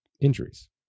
injuries